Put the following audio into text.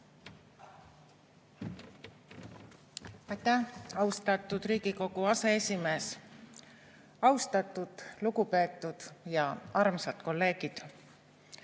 Aitäh, austatud Riigikogu aseesimees! Austatud, lugupeetud ja armsad kolleegid!